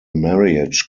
marriage